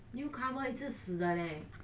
newcomer 一只死的嘞